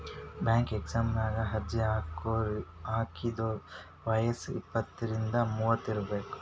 bank ಎಕ್ಸಾಮಗ ಅರ್ಜಿ ಹಾಕಿದೋರ್ ವಯ್ಯಸ್ ಇಪ್ಪತ್ರಿಂದ ಮೂವತ್ ಇರಬೆಕ್